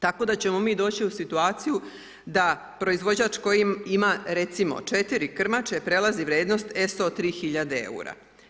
Tako da ćemo mi doći u situaciju da proizvođač koji ima recimo 4 krmače prelazi vrijednost SO 3 hiljade eura.